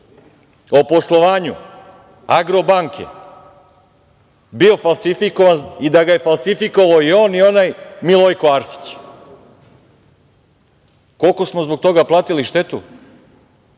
o poslovanju Agrobanke bio falsifikovan i da ga je falsifikovao i on i onaj Milojko Arsić? Koliko smo zbog toga platili štetu?